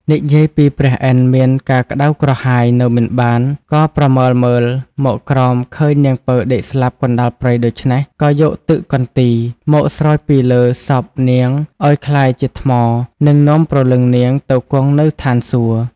និយាយពីព្រះឥន្ទ្រមានការក្ដៅក្រហាយនៅមិនបាន ក៏ប្រមើលមើលមកក្រោមឃើញនាងពៅដេកស្លាប់កណ្ដាលព្រៃដូច្នេះ ក៏យកទឹកកន្ទីរ មកស្រោចពីលើសពនាងឲ្យក្លាយជាថ្មនិងនាំព្រលឹងនាងទៅគង់នៅឋានសួគ៌ ។